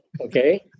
Okay